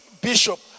Bishop